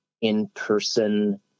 in-person